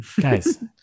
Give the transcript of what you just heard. guys